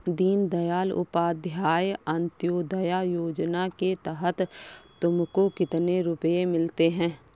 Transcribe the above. दीन दयाल उपाध्याय अंत्योदया योजना के तहत तुमको कितने रुपये मिलते हैं